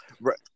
right